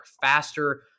faster